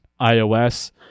iOS